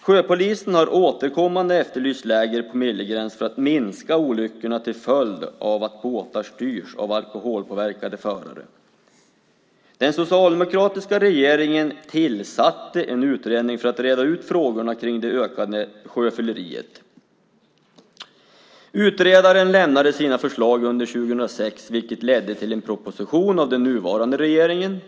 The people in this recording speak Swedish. Sjöpolisen har återkommande efterlyst en lägre promillegräns för att minska antalet olyckor som sker till följd av att båtar styrs av alkoholpåverkade förare. Den socialdemokratiska regeringen tillsatte en utredning som skulle reda ut frågorna om det ökande sjöfylleriet. Utredaren avlämnade sina förslag år 2006. Dessa ledde till en proposition från den nuvarande regeringen.